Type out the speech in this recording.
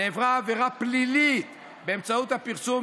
נעברה עבירה פלילית באמצעות הפרסום,